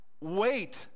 wait